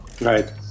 Right